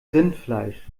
rindfleisch